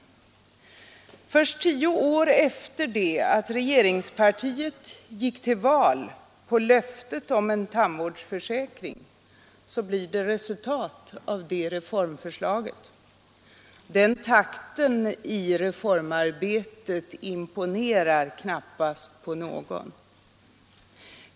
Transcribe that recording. Först tio år efter det att regeringspartiet gick till val på löftet om en tandvårdsförsäkring förverkligas det reformförslaget. Den takten i reformarbetet imponerar knappast på någon.